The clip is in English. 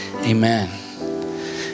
Amen